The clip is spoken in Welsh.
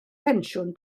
pensiwn